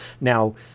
Now